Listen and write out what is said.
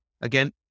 again